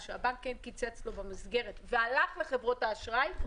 שהבנק קיצץ לו במסגרת והלך לחברות האשראי,